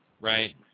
Right